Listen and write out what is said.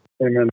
Amen